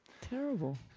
Terrible